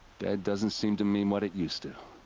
dead doesn't seem to mean what it used to.